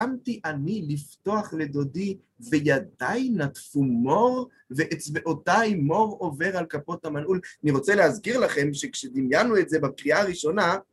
קמתי אני לפתוח לדודי, וידי נטפו מור, ואצבעותי מור עובר על כפות המנעול. אני רוצה להזכיר לכם שכשדמיינו את זה בקריאה הראשונה...